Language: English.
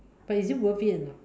but is it worth it or not